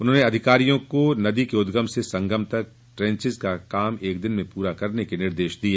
उन्होंने अधिकारियों को रिस्पना के उंदगम से संगम तक ट्रेंचेंज का कार्य एक दिन में पूरा करने के निर्देश दिए